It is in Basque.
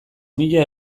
mila